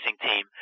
team